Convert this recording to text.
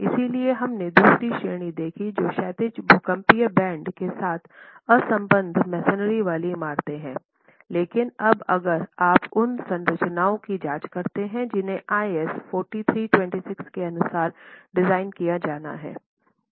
इसलिए हमने दूसरी श्रेणी देखी जो क्षैतिज भूकंपीय बैंड के साथ असंबद्ध मैसनरी वाली इमारतें हैं लेकिन अब अगर आप उन संरचनाओं की जांच करते हैं जिन्हें IS 4326 के अनुसार डिजाइन किया जाना है